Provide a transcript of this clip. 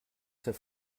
très